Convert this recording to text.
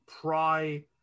pry